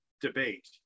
debate